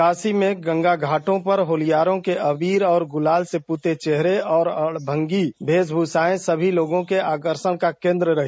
काशी में गंगा घाटों पर होलियारों के अबीर और गुलाल से पुते हुए चेहरे और अड़भंगी वेशभूषाएं सभी लोगों के आकर्षण का केंद्र रहीं